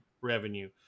revenue